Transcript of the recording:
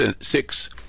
six